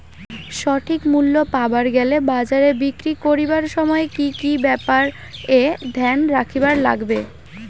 সঠিক মূল্য পাবার গেলে বাজারে বিক্রি করিবার সময় কি কি ব্যাপার এ ধ্যান রাখিবার লাগবে?